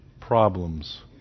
problems